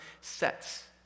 sets